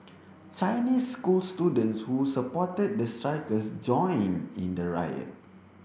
Chinese school students who supported the strikers joined in the riot